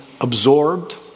absorbed